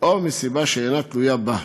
או מסיבה שאינה תלויה בה.